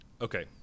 okay